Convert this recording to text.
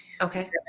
okay